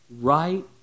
Right